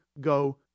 go